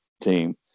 team